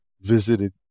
visited